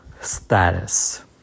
status